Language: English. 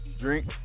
drink